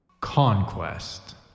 CONQUEST